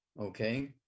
okay